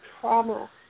trauma